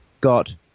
got